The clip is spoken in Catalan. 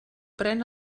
pren